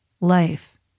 life